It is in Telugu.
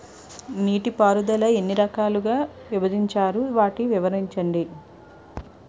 నీటిపారుదల ఎన్ని రకాలుగా విభజించారు? వాటి వివరించండి?